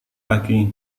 lagi